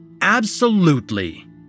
Absolutely